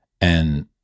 And-